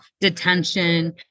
detention